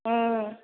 ம்